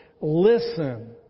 Listen